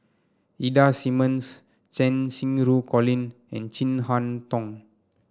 Ida Simmons Cheng Xinru Colin and Chin Harn Tong